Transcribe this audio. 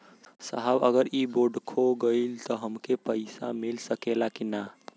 साहब अगर इ बोडखो गईलतऽ हमके पैसा मिल सकेला की ना?